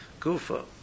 Gufa